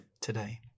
today